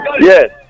Yes